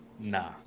Nah